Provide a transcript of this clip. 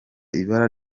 ibara